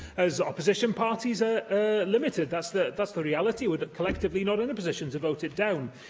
as opposition parties, are limited. that's the that's the reality we're collectively not in a position to vote it down,